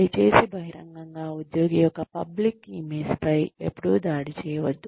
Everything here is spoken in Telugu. దయచేసి బహిరంగంగా ఉద్యోగి యొక్క పబ్లిక్ ఇమేజ్ పై ఎపుడూ దాడి చేయవద్దు